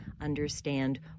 understand